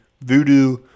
Voodoo